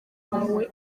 wawe